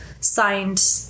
signed